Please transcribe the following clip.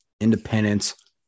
independence